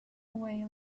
away